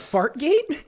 Fartgate